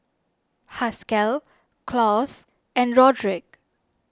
Haskell Claus and Roderic